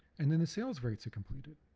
and then the sales rights are completed